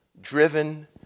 driven